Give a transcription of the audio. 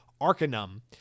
Arcanum